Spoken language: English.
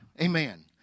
Amen